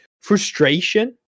frustration